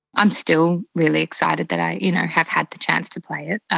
i'm still really excited that i you know have had the chance to play it.